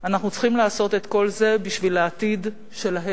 אנחנו צריכים לעשות את כל זה בשביל העתיד שלהם,